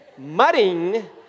Mudding